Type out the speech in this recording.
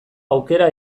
aukera